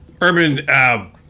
Urban